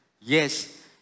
Yes